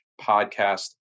podcast